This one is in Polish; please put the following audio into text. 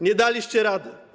Nie daliście rady.